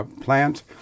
plant